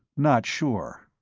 not sure.